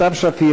סתיו שפיר,